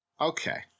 okay